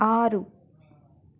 ఆరు